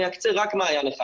אני אקצה רק מעיין אחד